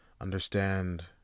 understand